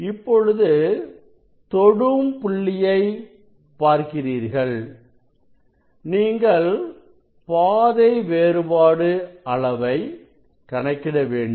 இப்பொழுது தொடும் புள்ளியை பார்க்கிறீர்கள் நீங்கள் பாதை வேறுபாடு அளவை கணக்கிட வேண்டும்